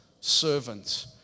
servant